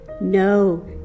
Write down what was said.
No